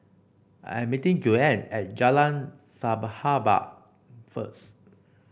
I'm meeting Joanne at Jalan Sahabat first